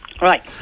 Right